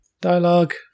Dialogue